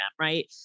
right